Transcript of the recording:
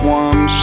one